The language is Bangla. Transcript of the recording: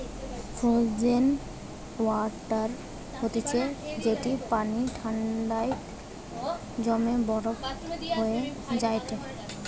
ফ্রোজেন ওয়াটার হতিছে যেটি পানি ঠান্ডায় জমে বরফ হয়ে যায়টে